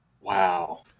Wow